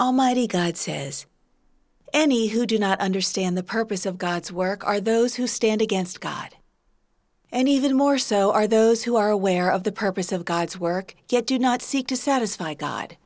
almighty god says any who do not understand the purpose of god's work are those who stand against god and even more so are those who are aware of the purpose of god's work yet do not seek to satisfy god